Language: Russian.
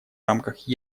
рамках